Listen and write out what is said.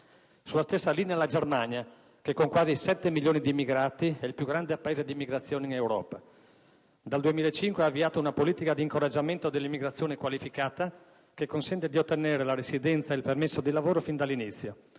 Sulla stessa linea è la Germania che, con quasi sette milioni di immigrati, è il più grande Paese d'immigrazione in Europa. Dal 2005 ha avviato una politica d'incoraggiamento dell'immigrazione qualificata, che consente di ottenere la residenza e il permesso di lavoro fin dall'inizio.